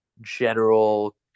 general